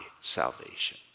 salvation